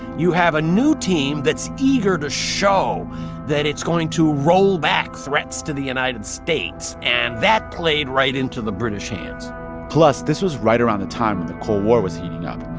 you have a new team that's eager to show that it's going to roll back threats to the united states. and that played right into the british hands plus, this was right around the time when the cold war was heating up.